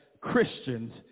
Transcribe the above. Christians